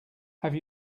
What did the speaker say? have